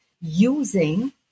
using